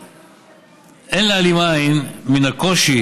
אין להעלים עין מן הקושי,